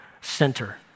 center